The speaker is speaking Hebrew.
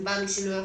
שתנבע משינוי החוק.